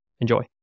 Enjoy